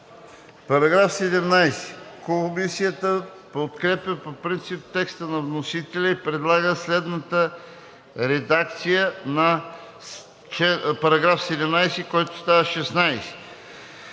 Благодаря. Комисията подкрепя по принцип текста на вносителя и предлага следната редакция на § 10, който става §